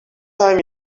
time